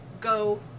go